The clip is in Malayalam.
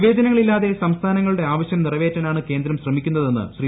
വിവേചനങ്ങൾ ഇല്ലാതെ സംസ്ഥാനങ്ങളുടെ ആവശ്യം നിറവേറ്റാനാണ് കേന്ദ്രം ശ്രമിക്കുന്നതെന്ന് ശ്രീ